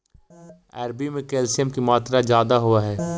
अरबी में कैल्शियम की मात्रा ज्यादा होवअ हई